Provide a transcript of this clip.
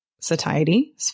satiety